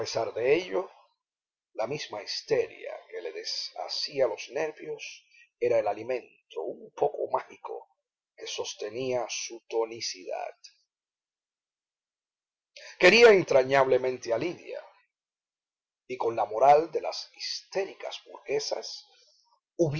de ello la misma histeria que le deshacía los nervios era el alimento un poco mágico que sostenía su tonicidad quería entrañablemente a lidia y con la moral de las histéricas burguesas